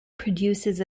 produces